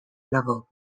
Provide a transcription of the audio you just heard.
level